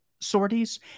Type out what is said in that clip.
sorties